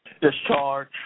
discharge